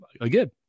again